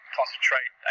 concentrate